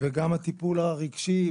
וגם את הטיפול הרגשי.